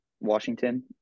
Washington